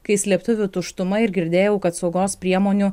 kai slėptuvių tuštuma ir girdėjau kad saugos priemonių